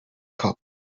cup